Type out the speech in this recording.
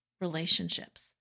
relationships